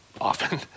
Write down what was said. often